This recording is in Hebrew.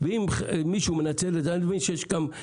אם מישהו מנצל את זה כלכלית,